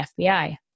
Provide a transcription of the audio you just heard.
FBI